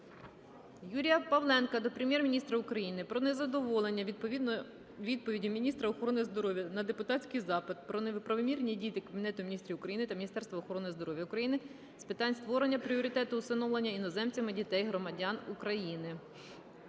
Юрія Павленка до Прем'єр-міністра України про незадоволення відповіддю міністра охорони здоров'я на депутатський запит "Про неправомірні дії Кабінету Міністрів та Міністерства охорони здоров'я України з питань створення пріоритету усиновлення іноземцями дітей-громадян України".